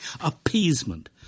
appeasement